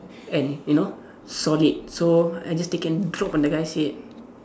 and you know solid so I just take and drop on the guy's head